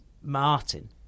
Martin